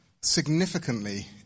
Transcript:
significantly